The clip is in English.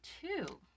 two